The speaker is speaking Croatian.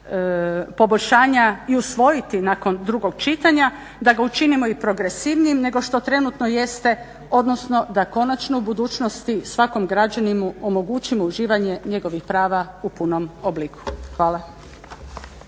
poboljšanja i usvojiti nakon drugog čitanja, da ga učinimo i progresivnijim nego što trenutno jeste, odnosno da konačno u budućnosti svakom građaninu omogućimo uživanje njegovih prava u punom obliku. Hvala.